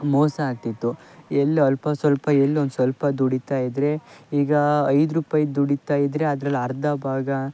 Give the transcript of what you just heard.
ಮೋಸ ಆಗ್ತಿತ್ತು ಎಲ್ಲ ಅಲ್ಪ ಸ್ವಲ್ಪ ಎಲ್ಲ ಒಂದು ಸ್ವಲ್ಪ ದುಡೀತ ಇದ್ದರೆ ಈಗ ಐದು ರೂಪಾಯಿ ದುಡೀತ ಇದ್ದರೆ ಅದ್ರಲ್ಲಿ ಅರ್ಧ ಭಾಗ